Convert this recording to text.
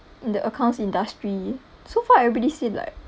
in the accounts industry so far everybody sit like